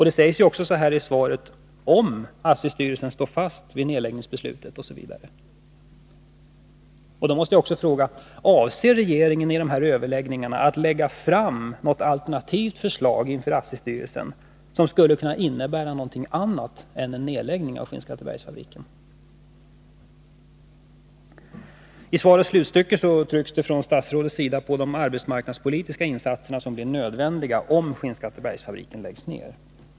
Det sägs också i svaret: ”Om ASSI-styrelsen står fast vid sitt beslut att genomföra en nedläggning ——-.” Då måste jag fråga: Avser regeringen att i de här överläggningarna lägga fram ett alternativt förslag för ASSI-styrelsen, som skulle kunna innebära något annat än en nedläggning av Skinnskattebergsfabriken? I sista stycket i svaret trycker statsrådet på de arbetsmarknadspolitiska insatser som blir nödvändiga om Skinnskattebergsfabriken läggs ned.